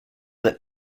that